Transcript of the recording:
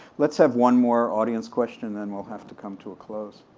let's have one more audience question, then we'll have to come to a close.